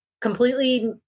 completely